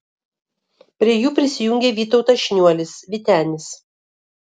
prie jų prisijungė vytautas šniuolis vytenis